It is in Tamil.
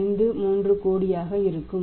53 கோடியாக இருக்கும்